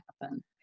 happen